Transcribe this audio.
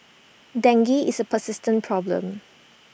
dengue is A persistent problem